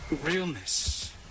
realness